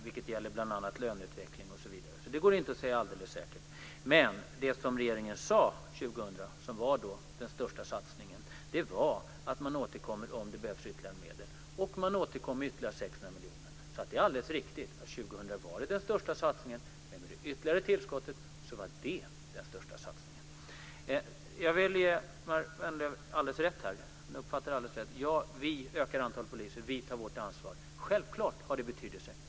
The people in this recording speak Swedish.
Det gäller bl.a. löneutveckling osv. Det går inte att säga alldeles säkert. Regeringen sade år 2000 att det var den största satsningen och att den skulle återkomma om det behövdes ytterligare medel, och regeringen återkom med 600 miljoner. Det är alldeles riktigt att det var den största satsningen år 2000. Men med det ytterligare tillskottet blev det återigen den största satsningen. Ingemar Vänerlöv uppfattar det alldeles rätt. Vi ökar antalet poliser, och vi tar vårt ansvar. Självklart har det betydelse.